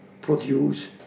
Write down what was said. produce